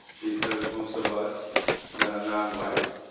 because most of us that are nonwhite